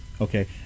Okay